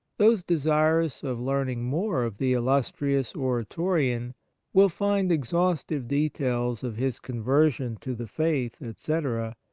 those desirous of learning more of the illustrious oratorian will find exhaustive details of his conver sion to the faith, etc,